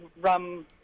rum